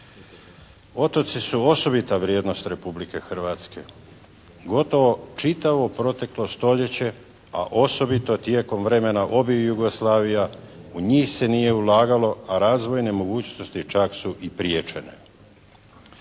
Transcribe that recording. Otoci su osobita vrijednost Republike Hrvatske. gotovo čitavo proteklo stoljeće, a osobito tijekom vremena obih Jugoslavija u njih se nije ulagalo, a razvojne mogućnosti čak su i priječene.